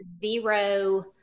zero